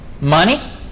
Money